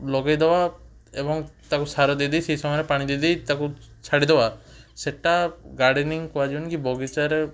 ଲଗାଇଦବା ଏବଂ ତାକୁ ସାରଦେଇ ଦେଇ ସେଇ ସମୟରେ ପାଣିଦେଇ ଦେଇ ତାକୁ ଛାଡ଼ିଦବା ସେଇଟା ଗାର୍ଡ଼େନିଙ୍ଗ କୁହାଯିବନି କି ବଗିଚାରେ